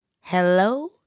Hello